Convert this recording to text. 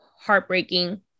heartbreaking